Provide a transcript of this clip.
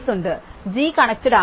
ഉണ്ട് G connected ആണ്